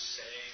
say